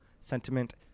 sentiment